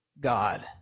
God